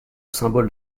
symbole